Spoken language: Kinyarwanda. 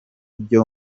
byo